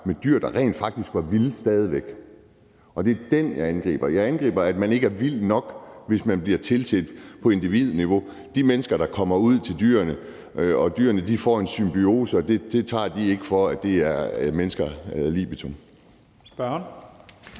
med dyr, der rent faktisk stadig væk er vilde, og det er det, jeg angriber. Jeg angriber, at man ikke er vild nok, hvis man bliver tilset på individniveau. Det, at mennesker kommer ud til dyrene, og at dyrene får en symbiose, tager de ikke for, at det er mennesker ad libitum.